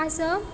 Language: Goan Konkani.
आसप